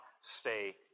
stay